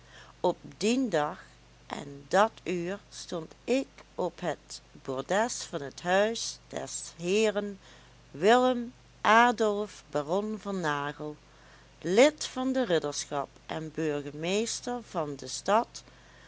op dien dag en dat uur stond ik op het bordes van het huis des heeren willem adolf baron van nagel lid van de ridderschap en burgemeester van de stad